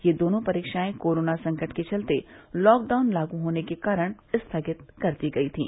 ये दोनों परीक्षाएं कोरोना संकट के चलते लॉकडाउन लागू होने के कारण स्थगित कर दी गई थीं